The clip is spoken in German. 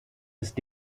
ist